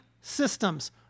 systems